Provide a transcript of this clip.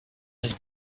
his